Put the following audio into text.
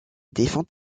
défend